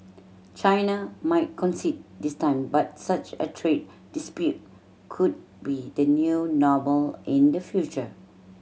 China might concede this time but such a trade dispute could be the new normal in the future